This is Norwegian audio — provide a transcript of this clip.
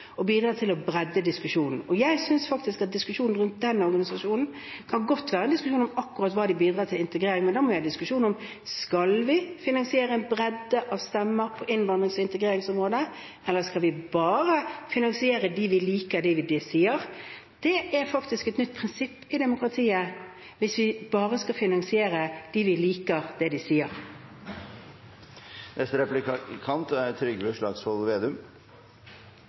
og vi bidrar til bredde i diskusjonen. Jeg synes faktisk at diskusjonen rundt den organisasjonen godt kan være en diskusjon om akkurat hva de bidrar til med hensyn til integrering, men da må vi ha en diskusjon om: Skal vi finansiere en bredde av stemmer på innvandrings- og integreringsområdet, eller skal vi bare finansiere dem som vi liker hva sier? Det er faktisk et nytt prinsipp i demokratiet hvis vi bare skal finansiere dem som vi liker hva sier.